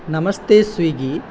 नमस्ते स्विगी